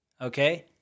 Okay